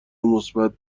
مثبت